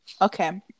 Okay